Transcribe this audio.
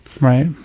Right